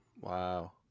Wow